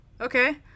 Okay